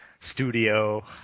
studio